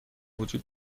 وجود